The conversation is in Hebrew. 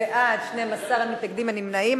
בעד, 12, אין מתנגדים, אין נמנעים.